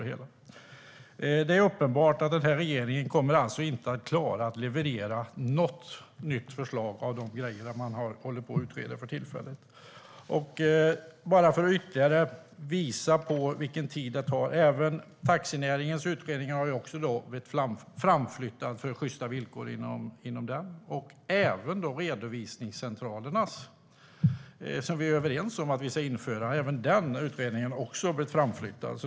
Det är uppenbart att den här regeringen inte kommer att klara att leverera något nytt förslag från det som för tillfället håller på att utredas. Bara för att ytterligare visa hur lång tid det tar har även utredningen om taxinäringen blivit framflyttad. Utredningen om redovisningscentralerna - som vi är överens om ska införas - har också blivit framflyttad.